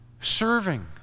serving